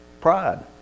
Pride